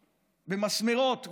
במסמרות,